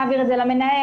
נעביר את זה למנהל,